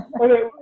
Okay